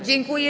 Dziękuję.